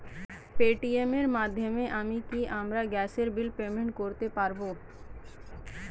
Paytm এর মাধ্যমে আমি কি আমার গ্যাসের বিল পেমেন্ট করতে পারব?